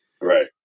right